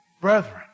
Brethren